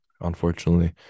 Unfortunately